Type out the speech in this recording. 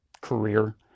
career